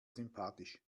sympathisch